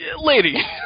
lady